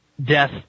death